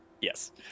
Yes